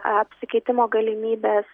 apsikeitimo galimybės